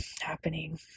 happening